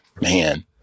man